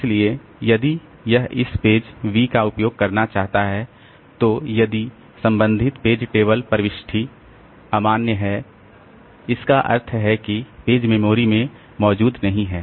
इसलिए यदि यह इस पेज B का उपयोग करना चाहता है तो यदि संबंधित पेज टेबल प्रविष्टि अमान्य है इसका अर्थ है कि पेज मेमोरी में मौजूद नहीं है